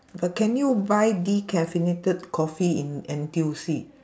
but can you buy decaffeinated coffee in N_T_U_C